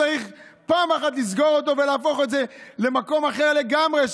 צריך פעם אחת לסגור אותו ולהפוך את זה למקום אחר לגמרי,